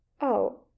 Oh